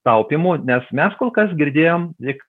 taupymu nes mes kol kas girdėjom lyg